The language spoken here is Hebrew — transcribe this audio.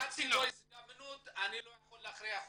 נתתי לו הזדמנות אבל אני לא יכול להכריח אותו.